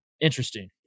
Interesting